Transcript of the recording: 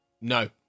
no